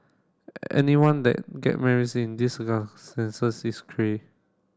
anyone that get marries in these is cray